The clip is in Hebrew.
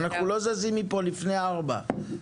אנחנו לא זזים מפה לפני 16:00,